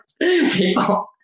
people